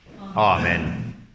Amen